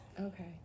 Okay